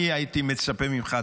אני הייתי מצפה ממך,